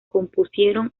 compusieron